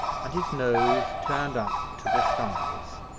and his nose turned up to the skies.